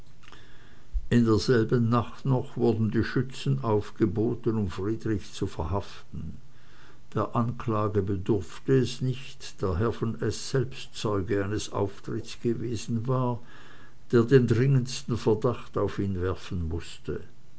in derselben nacht noch wurden die schützen aufgeboten um friedrich zu verhaften der anklage bedurfte es nicht da herr von s selbst zeuge eines auftritts gewesen war der den dringendsten verdacht auf ihn werfen mußte